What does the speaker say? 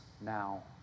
now